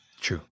true